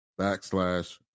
backslash